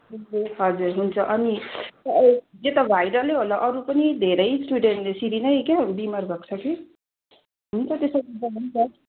हुन्छ हजुर हुन्छ अनि यो त भाइरलै होला अरू पनि धेरै स्टुडेन्टले यसरी नै क्या हौ बिमार भएको छ कि हुन्छ त्यसो गर्दा हुन्छ